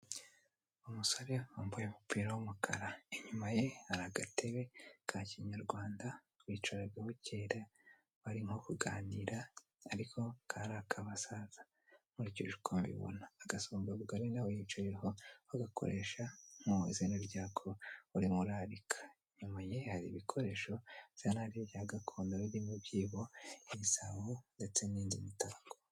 Umusore wambaye umupira w'umukara inyuma ye hari agatebe ka kinyarwanda bicaragaho kera bari nko kuganira ariko kari ak'akabasaza nkurikije uko mbibona, agasongabugari na we yicayeho bagakoresha mu izina rya ko urimo urarika, inyuma ye hari ibikoresho byara bya gakondo birimo ibyibo nk'ibisabo ndetse n'indi mitako.